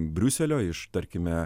briuselio iš tarkime